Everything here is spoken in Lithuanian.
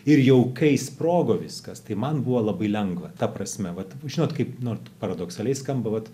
ir jau kai sprogo viskas tai man buvo labai lengva ta prasme vat žinot kaip nu paradoksaliai skamba vat